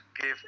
give